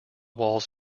walls